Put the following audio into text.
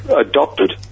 adopted